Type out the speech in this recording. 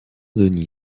denys